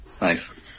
Nice